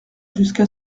jusqu’à